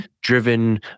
driven